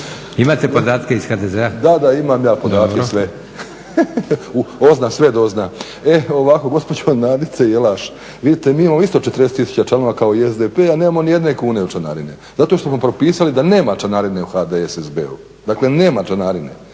Imate podatke iz HDZ-./ … Da, da imam ja podatke sve. OZNA sve dozna. E ovako gospođo Nadice Jelaš vidite mi imamo isto 40 tisuća članova kao SDP a nemao nijedne kune od članarine, zato što smo propisali da nema članarine u HDSSB-u, dakle nema članarine.